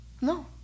No